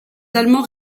allemands